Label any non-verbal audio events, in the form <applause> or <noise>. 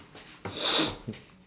<noise>